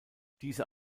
dieser